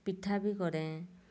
ପିଠା ବି କରେ